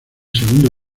segundo